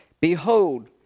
behold